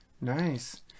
nice